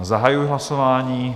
Zahajuji hlasování.